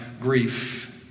grief